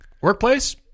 Workplace